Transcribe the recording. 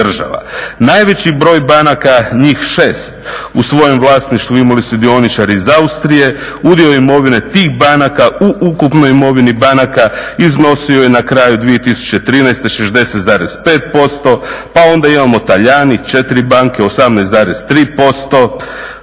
Najveći broj banaka njih 6 u svojem vlasništvu imali su dioničari iz Austrije. Udio imovine tih banaka u ukupnoj imovini banaka iznosio je na kraju 2013. 60,5%, pa onda imamo Talijani 4 banke 18,3%